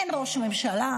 אין ראש ממשלה,